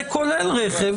זה כולל רכב.